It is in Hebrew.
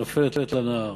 נופלת לנהר,